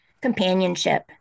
companionship